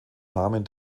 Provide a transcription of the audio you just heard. namen